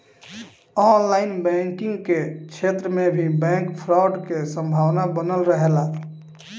online banking के क्षेत्र में भी बैंक फ्रॉड के संभावना बनल रहेला